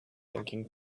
thinking